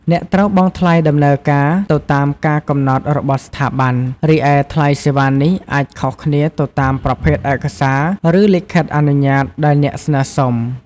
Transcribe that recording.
អ្នកត្រូវបង់ថ្លៃដំណើរការ ទៅតាមការកំណត់របស់ស្ថាប័ន រីឯថ្លៃសេវានេះអាចខុសគ្នាទៅតាមប្រភេទឯកសារ ឬលិខិតអនុញ្ញាតដែលអ្នកស្នើសុំ។